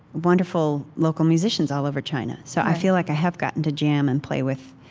wonderful local musicians all over china. so i feel like i have gotten to jam and play with